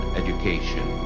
education